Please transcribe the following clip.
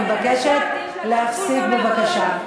אני מבקשת להפסיק בבקשה,